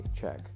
check